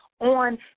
on